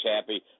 happy